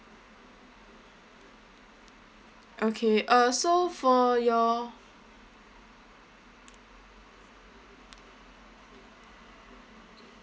okay uh so for your